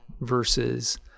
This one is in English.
versus